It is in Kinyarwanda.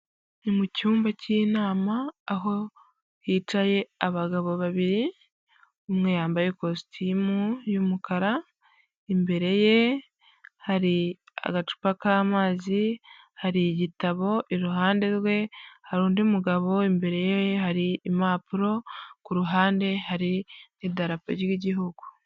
Ni mu cyumba k'inama, aho hicaye abagabo babiri, umwe yambaye ikositimu y'umukara, imbere ye hari agacupa k'amazi, hari igitabo iruhande rwe hari undi mugabo, imbere ye hari impapuro, ku ruhande hari n'idarapo ry'Igihugu.